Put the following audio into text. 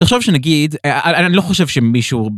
תחשוב שנגיד, אני לא חושב שמישהו...